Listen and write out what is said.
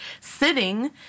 sitting